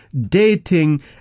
dating